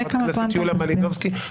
חברת הכנסת יוליה מלינובסקי.